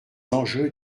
enjeux